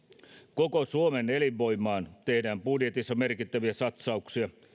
koko suomen elinvoimaan tehdään budjetissa merkittäviä satsauksia